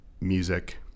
music